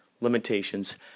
limitations